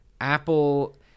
Apple